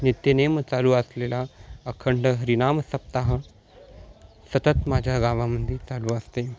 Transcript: नित्यनेम चालू असलेला अखंड हरिनाम सप्ताह सतत माझ्या गावामध्ये चालू असतो